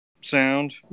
sound